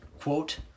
quote